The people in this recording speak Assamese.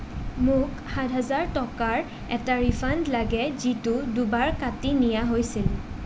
মোক সাত হাজাৰ টকাৰ এটা ৰিফাণ্ড লাগে যিটো দুবাৰ কাটি নিয়া হৈছিল